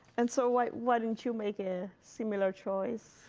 and so why why didn't you make a similar choice?